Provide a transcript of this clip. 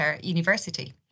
University